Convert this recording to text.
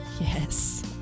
Yes